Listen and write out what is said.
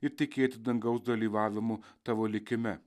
ir tikėti dangaus dalyvavimu tavo likime